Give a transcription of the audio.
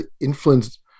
influence